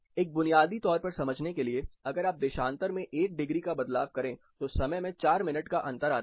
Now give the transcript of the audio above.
एक बुनियादी तौर पर समझने के लिए अगर आप देशांतर मे एक डिग्री का बदलाव करें तो समय में 4 मिनट का अंतर आता है